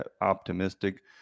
optimistic